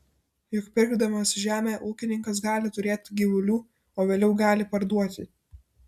juk pirkdamas žemę ūkininkas gali turėti gyvulių o vėliau gali parduoti